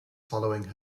following